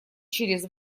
через